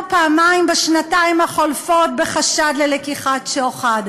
פעמיים בשנתיים החולפות בחשד ללקיחת שוחד?